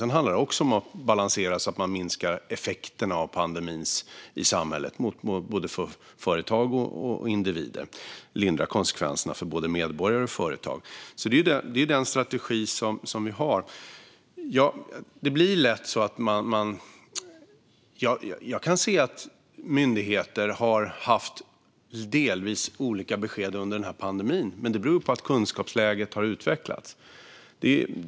Sedan handlar det också om att balansera så att man minskar effekterna av pandemin i samhället och lindrar konsekvenserna för både företag och individer. Det är den strategi vi har. Jag kan se att myndigheter har givit delvis olika besked under pandemin, men det beror på att kunskapsläget har utvecklats.